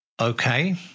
Okay